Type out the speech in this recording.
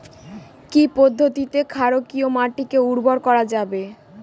কি পদ্ধতিতে ক্ষারকীয় মাটিকে উর্বর করা যাবে?